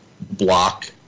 block